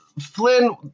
Flynn